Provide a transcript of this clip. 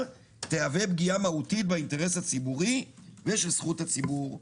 תווה פגיעה מהותית באינטרס הציבורי ושל זכות הציבור לדעת.